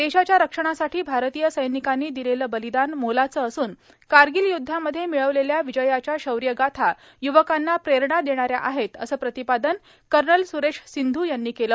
देशाच्या रक्षणासाठी भारतीय सैनिकांनी दिलेलं बलिदान मोलाचं असून कारगिल युद्धामध्ये मिळविलेल्या विजयाच्या शौर्यगाथा युवकांना प्रेरणा देणाऱ्या आहेत असं प्रतिपादन कर्नल सुरेश सिंधू यांनी केलं